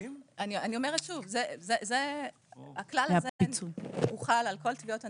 אני אומרת שוב שהכלל זה למעשה הוחל על כל תביעות הנזיקין.